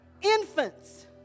infants